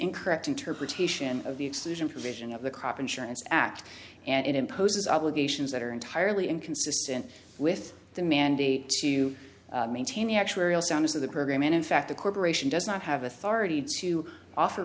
incorrect interpretation of the exclusion provision of the crop insurance act and it imposes obligations that are entirely inconsistent with the mandate to maintain the actuarial soundness of the program and in fact the corporation does not have authority to offer